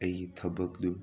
ꯑꯩꯒꯤ ꯊꯕꯛꯗꯨ